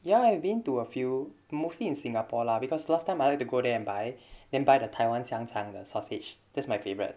ya I've been to a few mostly in singapore lah because last time I like to go there and buy then buy the taiwan 香肠 the sausage that's my favorite